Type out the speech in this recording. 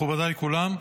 מכובדיי כולם,